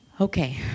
Okay